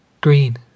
Green